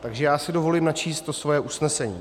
Takže já si dovolím načíst to svoje usnesení: